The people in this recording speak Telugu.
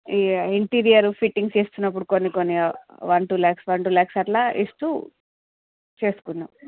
య ఇంటీరియర్ ఫిట్టింగ్ చేస్తున్నప్పుడు కొన్ని కొన్ని one two lakhs one two lakhs అలా ఇస్తూ చేసుకున్నాం